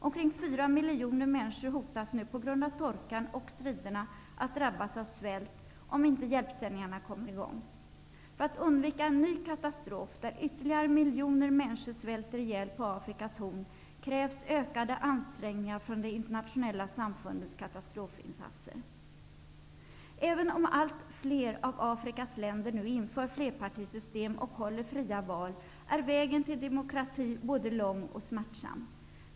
Omkring fyra miljoner människor hotas nu på grund av torkan och striderna att drabbas av svält, om inte hjälpsändningar kommer i gång. För att undvika en ny katastrof, där ytterligare miljoner människor på Afrikas Horn svälter ihjäl, krävs ökade ansträngningar av det internationella samfundet i form av katastrofinsatser. Även om allt fler av Afrikas länder nu inför flerpartisystem och håller fria val är vägen till demokrati både lång och smärtsam.